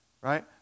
Right